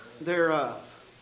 thereof